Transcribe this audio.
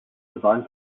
designed